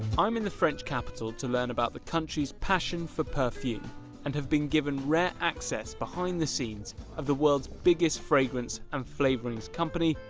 i'm in the french capital to learn about the country's passion for perfume and have been given rare access behind the scenes of the world's biggest fragrance and flavorings company,